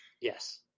Yes